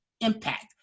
impact